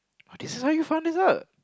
!wah! this is how you found this out